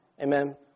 Amen